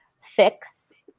fix